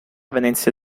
venezia